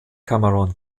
cameron